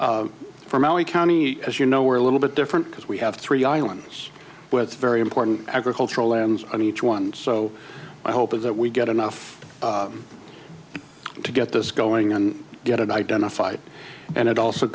done from l a county as you know we're a little bit different because we have three islands with very important agricultural lands on each one so my hope is that we get enough to get this going and get it identified and it also